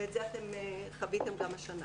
ואת זה אתם חוויתם גם השנה.